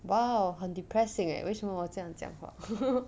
!wow! 很 depressing eh 为什么我这样讲话 ha